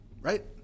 Right